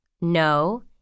No